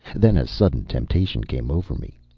then a sudden temptation came over me.